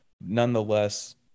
Nonetheless